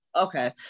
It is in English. Okay